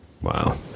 Wow